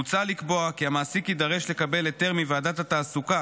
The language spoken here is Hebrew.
מוצע לקבוע כי המעסיק יידרש לקבל היתר מוועדת התעסוקה